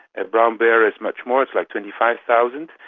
and brown bear is much more, it's like twenty five thousand.